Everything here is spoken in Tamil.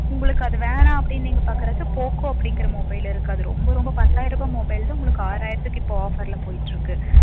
உங்களுக்கு அது வேணாம் அப்டின்னு நீங்கள் பார்க்கறாச்சும் போக்கோ அப்படிங்கிற மொபைல் இருக்குது அது ரொம்ப ரொம்ப பத்தாயிரூபா மொபைல் தான் உங்களுக்கு ஆறாயிரத்துக்கு இப்போது ஆஃபரில் போயிட்டிருக்கு